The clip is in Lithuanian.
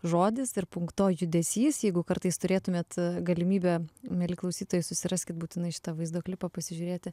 žodis ir punkto judesys jeigu kartais turėtumėt galimybę mieli klausytojai susiraskit būtinai šitą vaizdo klipą pasižiūrėti